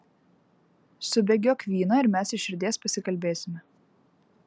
subėgiok vyno ir mes iš širdies pasikalbėsime